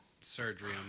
surgery